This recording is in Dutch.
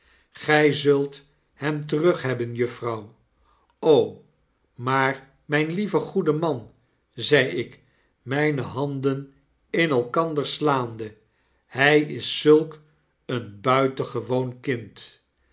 gij zult hem terughebben juffrouw maar mijn lieve goede man zei ik mijne handen in elkander slaande hij is zulk een buitengewoon kind